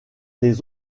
les